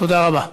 תודה רבה.